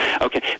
okay